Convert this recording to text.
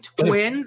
twins